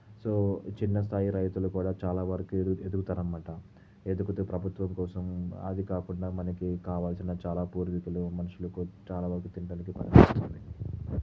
so చిన్న స్థాయి రైతులు కూడా చాలా వరకి ఎదుగు ఎదుగుతారు అన్నమాట ఎదుగుతూ ప్రభత్వం కోసం అదీ కాకుండా మనకి కావాల్సిన చాలా పూర్వీకులు మనుషులకు చాలా వరకు తినడానికి పనికి వస్తుంది